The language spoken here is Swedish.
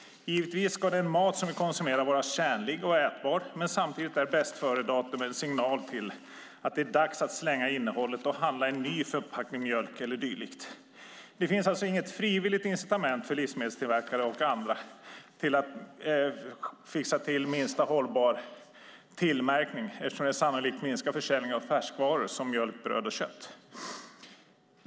Givetvis ska den mat som vi konsumerar vara tjänlig och ätbar, men samtidigt är bästföredatumet en signal om att det är dags att slänga innehållet och handla en ny förpackning mjölk eller dylikt. Det finns alltså inget frivilligt incitament för livsmedelstillverkare och andra till att fixa till minst-hållbar-till-märkning eftersom det sannolikt minskar försäljningen av färskvaror som mjölk, bröd och kött.